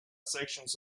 sections